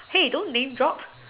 hey don't ding drop